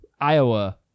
Iowa